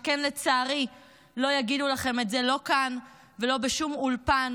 שכן לצערי לא יגידו לכם את זה לא כאן ולא בשום אולפן